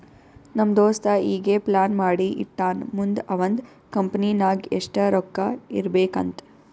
ನಮ್ ದೋಸ್ತ ಈಗೆ ಪ್ಲಾನ್ ಮಾಡಿ ಇಟ್ಟಾನ್ ಮುಂದ್ ಅವಂದ್ ಕಂಪನಿ ನಾಗ್ ಎಷ್ಟ ರೊಕ್ಕಾ ಇರ್ಬೇಕ್ ಅಂತ್